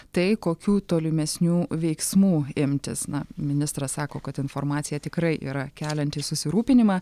tai kokių tolimesnių veiksmų imtis na ministras sako kad informacija tikrai yra kelianti susirūpinimą